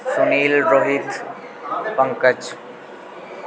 Sunil Rohit Pankaj